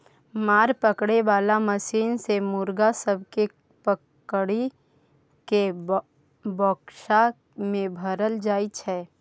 मुर्गा पकड़े बाला मशीन सँ मुर्गा सब केँ पकड़ि केँ बक्सा मे भरल जाई छै